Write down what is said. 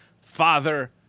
father